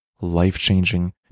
life-changing